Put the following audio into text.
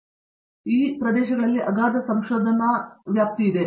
ಆದ್ದರಿಂದ ಇದು ಸರಿ ಎಂದು ಅಗಾಧ ಸಂಶೋಧನಾ ಪ್ರದೇಶವಿದೆ